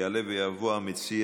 מס'